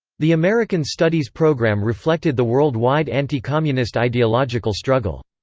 the american studies program reflected the worldwide anti-communist ideological struggle.